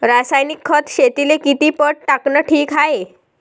रासायनिक खत शेतीले किती पट टाकनं ठीक हाये?